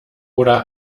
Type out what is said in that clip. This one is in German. oder